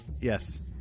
Yes